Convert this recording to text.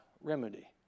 remedy